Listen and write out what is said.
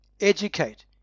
educate